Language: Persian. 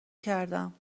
کردم